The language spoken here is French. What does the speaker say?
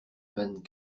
vingt